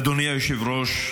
אדוני היושב-ראש,